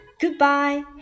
Goodbye